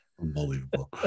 Unbelievable